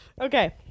okay